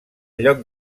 lloc